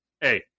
hey